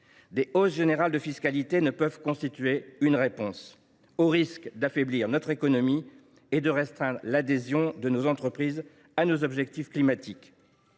des hausses générales de fiscalité ne sauraient constituer une réponse satisfaisante : elles risquent d’affaiblir notre économie et de restreindre l’adhésion des entreprises à nos objectifs climatiques.